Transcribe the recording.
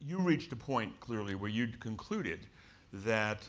you reached a point clearly where you'd concluded that